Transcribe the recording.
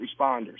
responders